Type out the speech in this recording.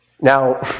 Now